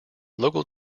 local